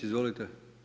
Izvolite.